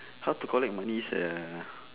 how to collect money sia